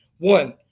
One